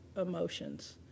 emotions